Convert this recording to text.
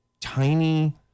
tiny